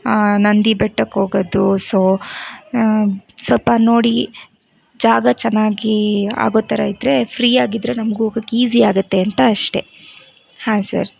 ನಂದಿ ಬೆಟ್ಟಕ್ಕೆ ಹೋಗೋದು ಸೊ ಸ್ವಲ್ಪ ನೋಡಿ ಜಾಗ ಚೆನ್ನಾಗಿ ಆಗೋ ಥರ ಇದ್ರೆ ಫ್ರೀ ಆಗಿದ್ದರೆ ನಮಗು ಹೋಗಕ್ ಈಝಿ ಆಗುತ್ತೆ ಅಂತ ಅಷ್ಟೇ ಹಾಂ ಸರ್